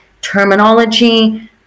terminology